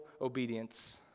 obedience